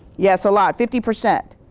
yes, a lot, fifty percent.